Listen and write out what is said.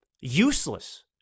useless